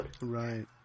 Right